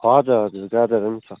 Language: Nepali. हजुर हजुर गाजरहरू पनि छ